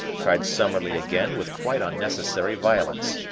cried summerlee again with quite unnecessary violence.